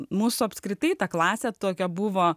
mūsų apskritai ta klasė tokia buvo